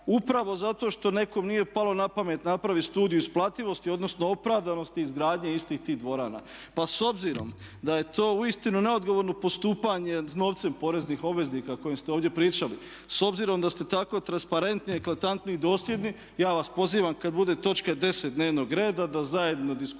upravo zato što nekom nije palo na pamet napraviti studiju isplativosti odnosno opravdanosti izgradnje istih tih dvorana. Pa s obzirom da je to uistinu neodgovorno postupanje novcem poreznih obveznika o kojem ste ovdje pričali, s obzirom da ste tako transparentni, eklatantni i dosljedni ja vas pozivam kad bude točka 10. dnevnog reda da zajedno diskutiramo